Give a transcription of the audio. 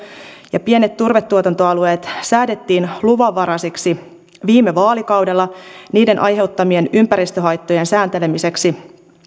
ja pienet turvetuotantoalueet säädettiin luvanvaraisiksi viime vaalikaudella niiden aiheuttamien ympäristöhaittojen sääntelemiseksi